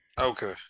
Okay